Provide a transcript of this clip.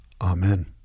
Amen